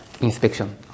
inspection